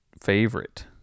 favorite